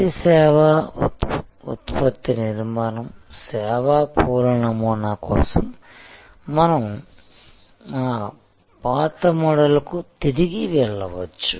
ఉత్పత్తి సేవా ఉత్పత్తి నిర్మాణం సేవా పూల నమూనా కోసం మనం మా పాత మోడల్కు తిరిగి వెళ్ళవచ్చు